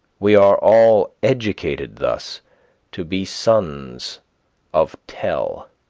we are all educated thus to be sons of tell.